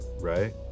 right